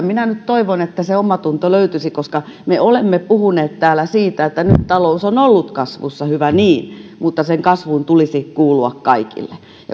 minä nyt toivon että se omatunto löytyisi me olemme puhuneet täällä siitä että nyt talous on ollut kasvussa hyvä niin mutta sen kasvun tulisi kuulua kaikille ja